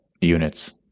units